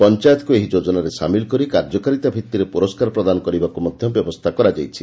ପଞାୟତକୁ ଏହି ଯୋଜନାରେ ସାମିଲ୍ କରି କାର୍ଯ୍ୟକାରିତା ଭିଭିରେ ପୁରସ୍କାର ପ୍ରଦାନ କରିବାକୁ ମଧା ବ୍ୟବସ୍ଷା କରାଯାଇଛି